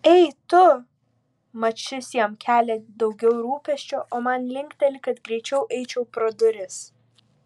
ei tu mat šis jam kelia daugiau rūpesčio o man linkteli kad greičiau eičiau pro duris